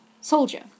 soldier